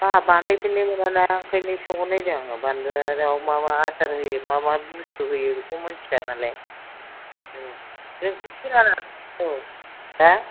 आहा बानायफेरनो मोना ना ओंखायनो सोंहरनायदां बानलु आव मा मा आसार होयो मा मा बुस्थु होयो बेखौ मोनथिया नालाय औ दिनैसो खोनादां औ हा